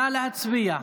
נא להצביע.